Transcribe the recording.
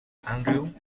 andrew